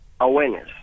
Awareness